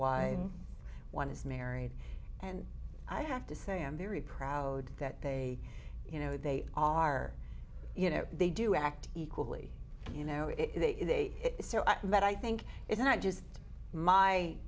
why one is married and i have to say i'm very proud that they you know they are you know they do act equally you know if they met i think it's not just my